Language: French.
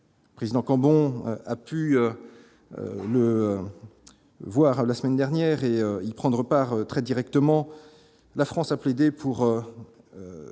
président Cambon a pu le voir la semaine dernière et y prendre part, très directement la France, a plaidé pour